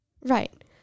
Right